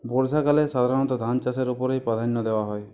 বর্ষাকালে সাধারণত ধানচাষের উপরেই প্রাধান্য দেওয়া হয়